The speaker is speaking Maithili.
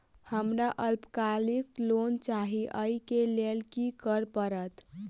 हमरा अल्पकालिक लोन चाहि अई केँ लेल की करऽ पड़त?